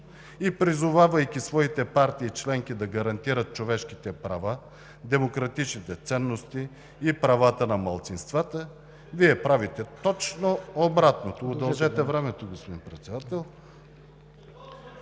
и призовавайки своите партии членки да гарантират човешките права, демократичните ценности и правата на малцинствата, Вие правите точно обратното.